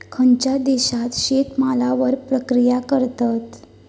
खयच्या देशात शेतमालावर प्रक्रिया करतत?